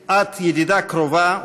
את ידידה קרובה,